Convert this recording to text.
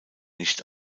nicht